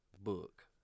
book